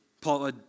Paul